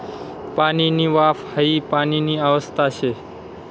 पाणीनी वाफ हाई पाणीनी अवस्था शे